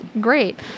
great